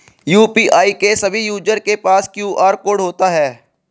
UPI के सभी user के पास क्यू.आर कोड होता है